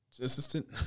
assistant